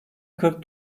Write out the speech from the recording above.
kırk